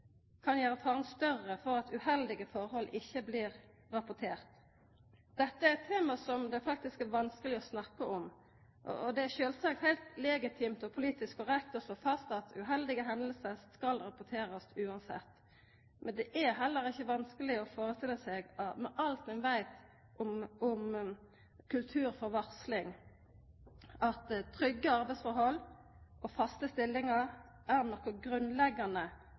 kan gjera faren større for at uheldige forhold ikkje blir rapporterte. Dette er eit tema som det faktisk er vanskeleg å snakka om, og det er sjølvsagt heilt legitimt og politisk korrekt å slå fast at uheldige hendingar skal rapporterast, same kva. Men det er heller ikkje vanskeleg, med alt ein veit om kulturen for varsling, å sjå for seg at trygge arbeidsforhold og faste stillingar er noko